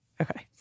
Okay